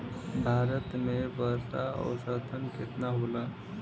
भारत में वर्षा औसतन केतना होला?